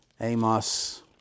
Amos